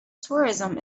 tourism